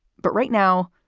but right now,